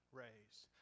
raised